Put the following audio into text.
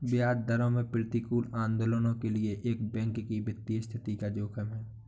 ब्याज दरों में प्रतिकूल आंदोलनों के लिए एक बैंक की वित्तीय स्थिति का जोखिम है